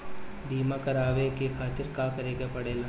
बीमा करेवाए के खातिर का करे के पड़ेला?